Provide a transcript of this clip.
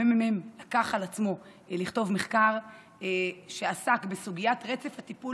הממ"מ לקח על עצמו לכתוב מחקר שעסק בסוגיית רצף הטיפול